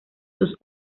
sus